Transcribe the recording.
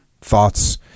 Thoughts